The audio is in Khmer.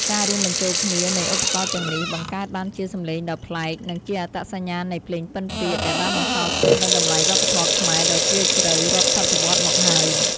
ការរួមបញ្ចូលគ្នានៃឧបករណ៍ទាំងនេះ បង្កើតបានជាសម្លេងដ៏ប្លែក និងជាអត្តសញ្ញាណនៃភ្លេងពិណពាទ្យ ដែលបានបន្សល់ទុកនូវតម្លៃវប្បធម៌ខ្មែររដ៏ជ្រាលជ្រៅរាប់សតវត្សរ៍មកហើយ។